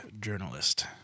journalist